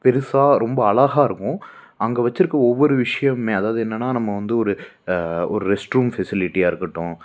பெருசாக ரொம்ப அழகாக இருக்கும் அங்கே வச்சிருக்க ஒவ்வொரு விஷயமுமே அதாவது என்னன்னா நம்ம வந்து ஒரு ஒரு ரெஸ்ட் ரூம் ஃபெசிலிட்டியாக இருக்கட்டும்